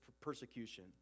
persecution